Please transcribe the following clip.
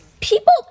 people